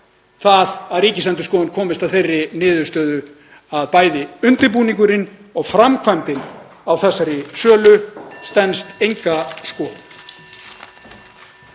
það að Ríkisendurskoðun komist að þeirri niðurstöðu að bæði undirbúningurinn og framkvæmdin á þessari sölu stenst enga skoðun.